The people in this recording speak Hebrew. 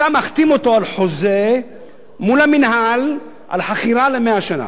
אתה מחתים אותו על חוזה מול המינהל על חכירה ל-100 שנה,